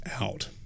out